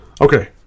Okay